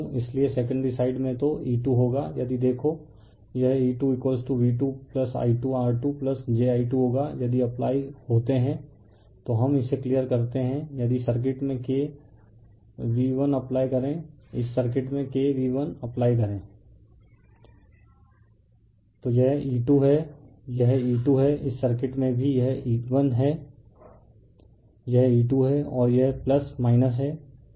इसलिए secondary side में तो E2 होगा यदि देखो यह E2 V2I2 R2 jI2 होगा